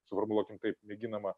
suformuluokim taip mėginama